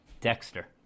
Dexter